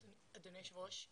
אדוני היושב ראש,